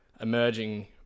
emerging